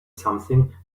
something